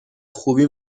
خوبی